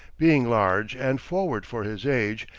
being large and forward for his age,